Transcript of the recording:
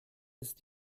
ist